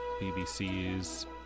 bbc's